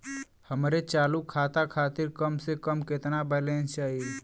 हमरे चालू खाता खातिर कम से कम केतना बैलैंस चाही?